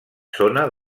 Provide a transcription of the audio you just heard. zona